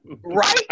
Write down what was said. Right